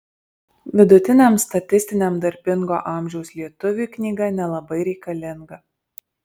vidutiniam statistiniam darbingo amžiaus lietuviui knyga nelabai reikalinga